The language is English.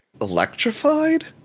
electrified